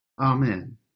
Amen